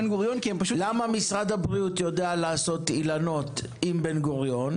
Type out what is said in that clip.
תוכניות בוטיקיות --- שותפויות עם אוניברסיטת בן-גוריון,